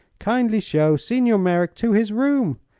kindly show signor merreek to his room,